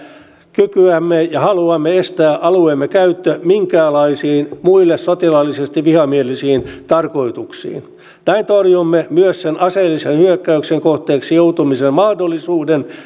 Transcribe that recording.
kykyämme ja haluamme estää alueemme käyttö minkäänlaisiin muille sotilaallisesti vihamielisiin tarkoituksiin näin torjumme myös sen aseellisen hyökkäyksen kohteeksi joutumisen mahdollisuuden